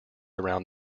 around